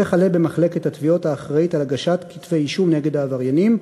וכלה במחלקת התביעות האחראית להגשת כתבי-אישום נגד העבריינים.